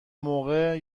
موقع